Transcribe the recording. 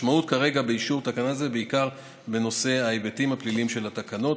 המשמעות כרגע באישור התקנה היא בעיקר בנושא ההיבטים הפליליים של התקנות.